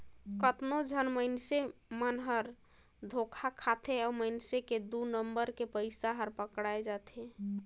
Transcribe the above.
कतनो झन मइनसे मन हर धोखा खाथे अउ मइनसे के दु नंबर के पइसा हर पकड़ाए जाथे